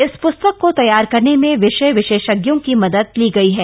इस प्स्तक को तैयार करने में विषय विशेषज्ञों की मदद ली गई है